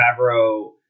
Favreau